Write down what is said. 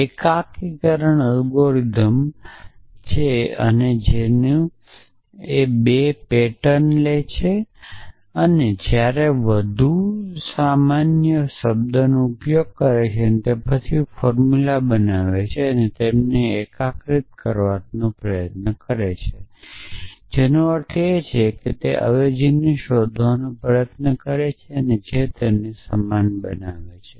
એકીકરણ એલ્ગોરિધમનો એ છે કે તે 2 પેટર્ન લે છે જ્યારે વધુ સામાન્ય શબ્દનો ઉપયોગ કરે છે તે પછી ફોર્મુલા બનાવે છે અને તેમને એકીકૃત કરવાનો પ્રયાસ કરે છે જેનો અર્થ છે કે અવેજીને શોધવાનો પ્રયત્ન કરે છે જે તેમને સમાન બનાવશે